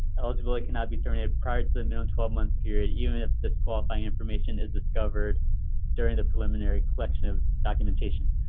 eligibility cannot be terminated prior to the new twelve month period, even if disqualifying information is discovered during the preliminary collection of documentation.